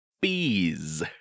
bees